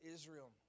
Israel